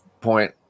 point